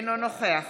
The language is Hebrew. אינו נוכח